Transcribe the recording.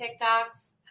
tiktoks